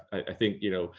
i think, you know,